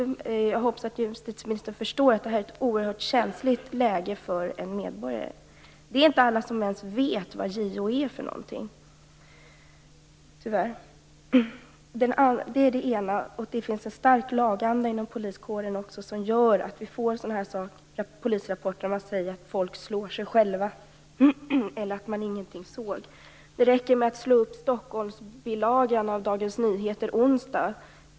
Jag hoppas att justitieministern förstår att det här är ett oerhört känsligt läge för en medborgare. Det är inte alla som ens vet vad JO är för någonting, tyvärr. Det finns också en stark laganda inom polisen, som gör att vi får polisrapporter som säger att människor slår sig själva eller att man ingenting såg. Det räcker att slå upp Stockholmsbilagan av Dagens Nyheter från i onsdags.